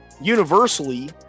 universally